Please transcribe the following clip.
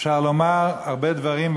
אפשר לומר הרבה דברים,